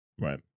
right